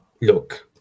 look